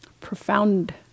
profound